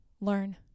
Learn